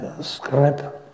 scrap